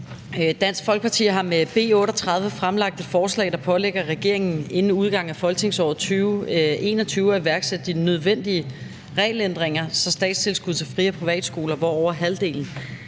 Dansk Folkeparti har med B 38 fremsat et forslag, der pålægger regeringen inden udgangen af folketingsåret 2021 at iværksætte de nødvendige regelændringer, så statstilskuddet til fri- og privatskoler, hvor over halvdelen